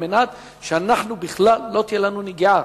כדי שלא תהיה לנו נגיעה.